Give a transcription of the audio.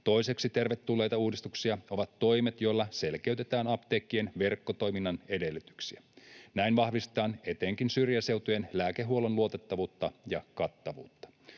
Toiseksi, tervetulleita uudistuksia ovat toimet, joilla selkeytetään apteekkien verkkotoiminnan edellytyksiä. Näin vahvistetaan etenkin syrjäseutujen lääkehuollon luotettavuutta ja kattavuutta.